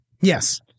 Yes